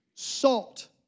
salt